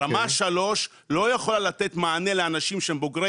רמה 3 לא יכולה לתת מענה לאנשים שהם בוגרי